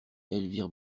elvire